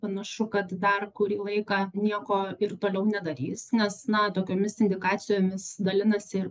panašu kad dar kurį laiką nieko ir toliau nedarys nes na tokiomis indikacijomis dalinasi ir